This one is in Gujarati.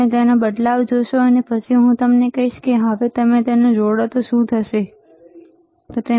તમે બદલાવ જોશો અને પછી હું તમને કહીશ કે તમે તેને હવે જોડો છો તે શું છે ખરું